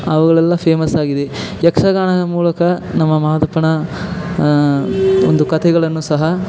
ಅವುಗಳೆಲ್ಲ ಫೇಮಸ್ಸಾಗಿವೆ ಯಕ್ಷಗಾನದ ಮೂಲಕ ನಮ್ಮ ಮಾದಪ್ಪನ ಒಂದು ಕಥೆಗಳನ್ನು ಸಹ